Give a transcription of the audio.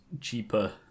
cheaper